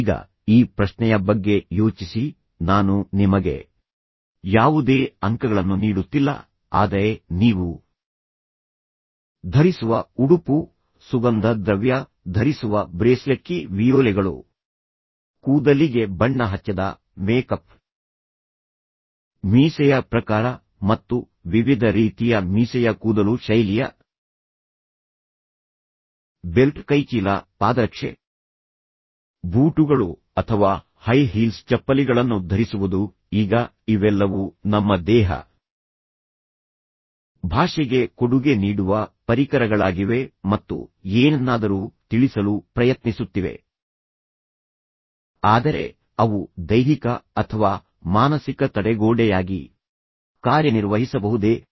ಈಗ ಈ ಪ್ರಶ್ನೆಯ ಬಗ್ಗೆ ಯೋಚಿಸಿ ನಾನು ನಿಮಗೆ ಯಾವುದೇ ಅಂಕಗಳನ್ನು ನೀಡುತ್ತಿಲ್ಲ ಆದರೆ ನೀವು ಧರಿಸುವ ಉಡುಪು ಸುಗಂಧ ದ್ರವ್ಯ ಧರಿಸುವ ಬ್ರೇಸ್ಲೆಟ್ಕಿ ವಿಯೋಲೆಗಳು ಕೂದಲಿಗೆ ಬಣ್ಣ ಹಚ್ಚದ ಮೇಕಪ್ ಮೀಸೆಯ ಪ್ರಕಾರ ಮತ್ತು ವಿವಿಧ ರೀತಿಯ ಮೀಸೆಯ ಕೂದಲು ಶೈಲಿಯ ಬೆಲ್ಟ್ ಕೈಚೀಲ ಪಾದರಕ್ಷೆ ಬೂಟುಗಳು ಅಥವಾ ಹೈ ಹೀಲ್ಸ್ ಚಪ್ಪಲಿಗಳನ್ನು ಧರಿಸುವುದು ಈಗ ಇವೆಲ್ಲವೂ ನಮ್ಮ ದೇಹ ಭಾಷೆಗೆ ಕೊಡುಗೆ ನೀಡುವ ಪರಿಕರಗಳಾಗಿವೆ ಮತ್ತು ಏನನ್ನಾದರೂ ತಿಳಿಸಲು ಪ್ರಯತ್ನಿಸುತ್ತಿವೆ ಆದರೆ ಅವು ದೈಹಿಕ ಅಥವಾ ಮಾನಸಿಕ ತಡೆಗೋಡೆಯಾಗಿ ಕಾರ್ಯನಿರ್ವಹಿಸಬಹುದೇ